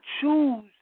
choose